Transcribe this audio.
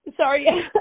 Sorry